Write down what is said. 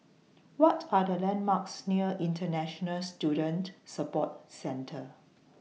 What Are The landmarks near International Student Support Centre